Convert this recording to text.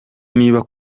niba